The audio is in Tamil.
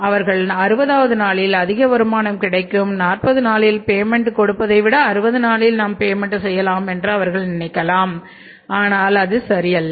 அவர்கள் 60வது நாளில் அதிக வருமானம் கிடைக்கும் 40 நாளில் நாம் பேமென்ட் கொடுப்பதைவிட60 நாளில் நாம் பேமென்ட் செய்யலாம்என்று அவர்கள் நினைக்கலாம் ஆனால் அது சரி அல்ல